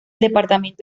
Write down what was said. departamento